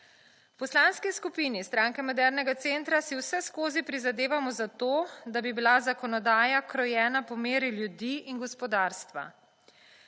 V Poslanski skupini Stranke modernega centra si vse skozi prizadevamo za to, da bi bila zakonodaja krojena po meri ljudi in gospodarstva.